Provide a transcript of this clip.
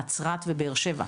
נצרת ובאר שבע.